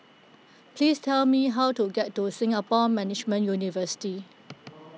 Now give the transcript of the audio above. please tell me how to get to Singapore Management University